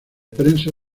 prensa